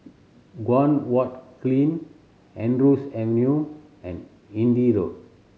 Guan Huat Kiln Andrews Avenue and Hindhede Road